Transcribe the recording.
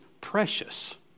precious